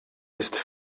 ist